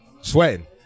Sweating